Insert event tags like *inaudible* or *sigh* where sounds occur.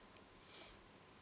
*breath*